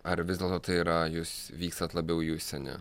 ar vis dėlto tai yra jūs vykstat labiau į užsienį